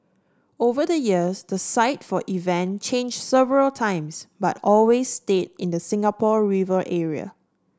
over the years the site for event changed several times but always stayed in the Singapore River area